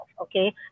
okay